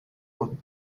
would